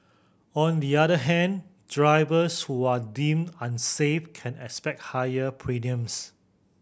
on the other hand drivers who are deemed unsafe can expect higher premiums